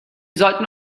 sollten